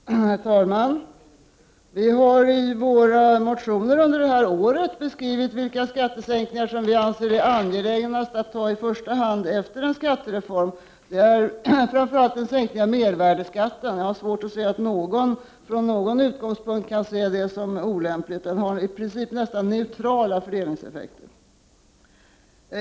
Herr talman! Vi har i våra motioner under detta år beskrivit vilka skattesänkningar som vi anser är angelägnast att genomföra efter en skattereform. Det är framför allt en sänkning av mervärdeskatten. Jag har svårt att se att någon från någon utgångspunkt kan se det som olämpligt. Den har i princip nästan neutrala fördelningseffekter.